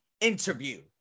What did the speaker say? interview